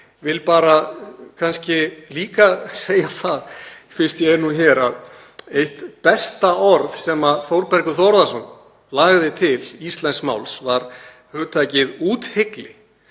Ég vil kannski líka segja það, fyrst ég er nú hér, að eitt besta orð sem Þórbergur Þórðarson lagði til íslensks máls var hugtakið úthygli.